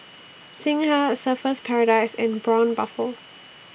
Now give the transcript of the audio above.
Singha Surfer's Paradise and Braun Buffel